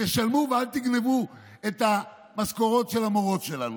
תשלמו ואל תגנבו את המשכורות של המורות שלנו,